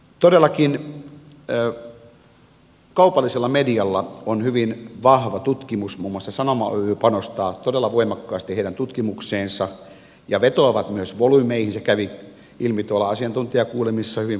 todellakin kaupallisella medialla on hyvin vahvaa tutkimusta muun muassa sanoma oyj panostaa todella voimakkaasti tutkimukseensa ja vetoavat myös volyymeihin se kävi ilmi tuolla asiantuntijakuulemisessa hyvin vahvasti